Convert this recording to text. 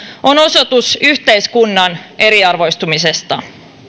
on osoitus yhteiskunnan eriarvoistumisesta